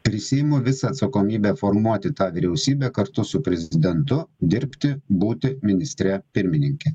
prisiimu visą atsakomybę formuoti tą vyriausybę kartu su prezidentu dirbti būti ministre pirmininke